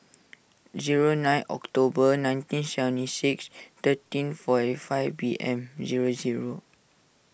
zero nine October nineteen seventy six thirteen forty five P M zero zero